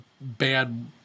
bad